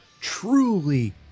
truly